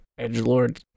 Edgelord